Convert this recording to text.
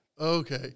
okay